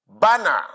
banner